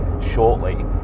shortly